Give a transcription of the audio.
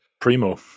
primo